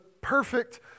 perfect